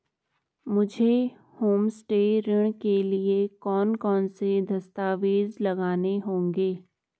मुझे होमस्टे ऋण के लिए कौन कौनसे दस्तावेज़ लगाने होंगे?